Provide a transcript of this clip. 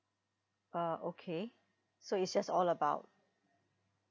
uh okay so it's just all about